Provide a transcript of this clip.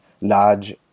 large